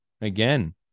Again